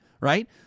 right